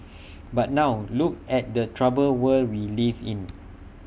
but now look at the troubled world we live in